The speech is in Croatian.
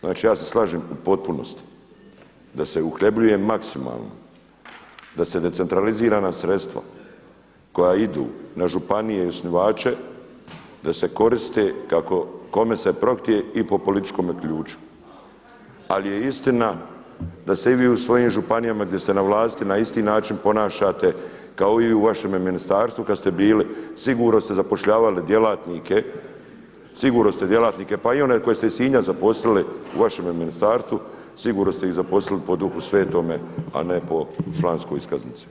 Znači, ja se slažem u potpunosti da se uhljebljuje maksimalno, da se decentralizirana sredstva koja idu na županije i osnivače, da se koriste kome se prohtije i po političkome ključu ali je istina da se i vi u svojim županijama gdje ste na vlasti na isti način ponašate kao i u vašem ministarstvu kad ste bili sigurno ste zapošljavali djelatnike, sigurno ste djelatnike, pa i one koje ste iz Sinja zaposlili u vašem ministarstvu, sigurno ste ih zaposlili po Duhu Svetome a ne po članskoj iskaznici.